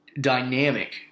dynamic